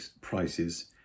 prices